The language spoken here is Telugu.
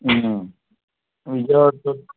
విజయవాడలో